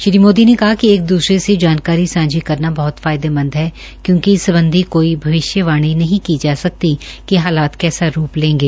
श्री मोदी ने कहा कि एक दूसरे से जानकारी सांझी करना बहुत फायदेमंद है क्योंकि इस संबंधि कोई भविश्यवाणी नहीं की जा सकती कि हालात कैसा रूप लेंगे